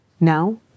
now